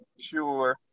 sure